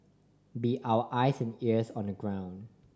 be our eyes and ears on the ground